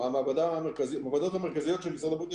המעבדות המרכזיות של משרד הבריאות,